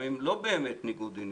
גם אם לא באמת ניגוד עניינים,